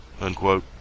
unquote